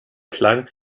klang